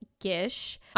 Gish